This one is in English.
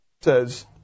says